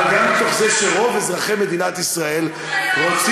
אבל גם מתוך זה שרוב אזרחי מדינת ישראל רוצים